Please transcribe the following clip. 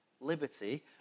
liberty